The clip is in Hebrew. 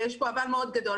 ויש פה אבל מאוד גדול,